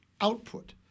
output